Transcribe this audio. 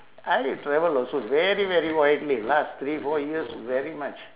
I travel also very very widely last three four years very much